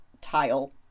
tile